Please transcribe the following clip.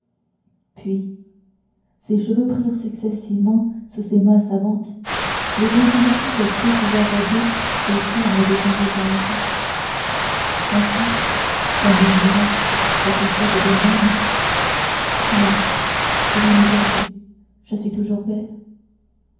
puis ses cheveux prirent successivement sous ses mains savantes les ondulations qu'elle crut pouvoir aider aux charmes de son visage enfin elle murmura satisfaite d'elle-même allons rien n'est perdu je suis toujours belle